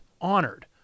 honored